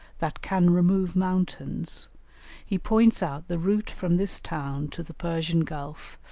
that can remove mountains he points out the route from this town to the persian gulf,